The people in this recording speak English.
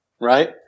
right